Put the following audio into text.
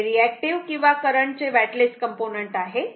हे रिएक्टिव्ह किंवा करंट चे वॅटलेस कॉम्पोनंट आहे